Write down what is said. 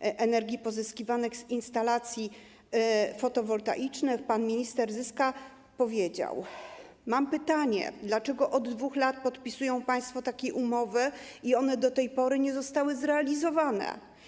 energii pozyskiwanej z instalacji fotowoltaicznych, pan minister Zyska powiedział: Mam pytanie: Dlaczego od 2 lat podpisują państwo takie umowy i one do tej pory nie zostały zrealizowane?